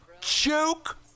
Joke